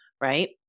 Right